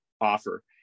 offer